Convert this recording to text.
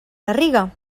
garriga